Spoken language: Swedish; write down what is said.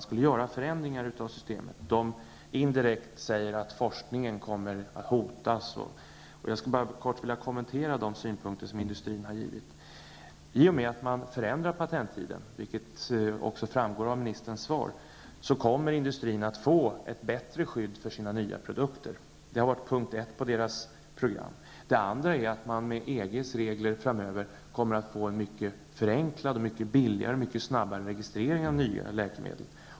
Den säger, indirekt, att forskningen kommer att hotas. Jag skulle kort vilja kommentera de synpunkter industrin har givit. I och med att man förändrar patenttiden kommer industrin att få ett bättre skydd för sina nya produkter. Det framgår också av ministerns svar. Det har varit punkt ett på deras program. Det andra är att man med EG:s regler framöver kommer att få en mycket förenklad, billigare och snabbare registrering av nya läkemedel.